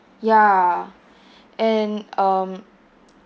ya and um